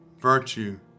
virtue